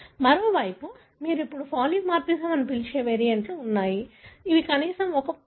మరోవైపు మీరు ఇప్పుడు పాలిమార్ఫిజం అని పిలిచే వేరియంట్లు ఉన్నాయి ఇవి కనీసం 1 జనాభాలో ఉన్నాయి